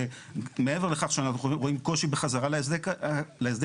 שמעבר לכך שאנחנו רואים קושי בחזרה להסדר הקיים,